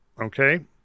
okay